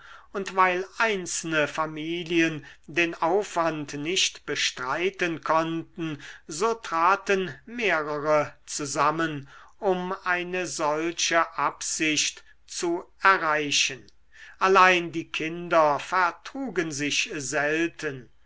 und weil einzelne familien den aufwand nicht bestreiten konnten so traten mehrere zusammen um eine solche absicht zu erreichen allein die kinder vertrugen sich selten